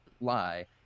lie